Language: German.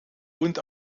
und